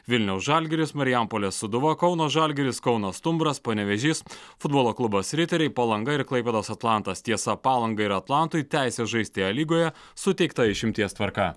vilniaus žalgiris marijampolės sūduva kauno žalgiris kauno stumbras panevėžys futbolo klubas riteriai palanga ir klaipėdos atlantas tiesa palangai ir atlantui teisę žaisti a lygoje suteikta išimties tvarka